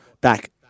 back